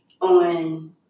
on